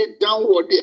downward